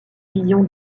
vision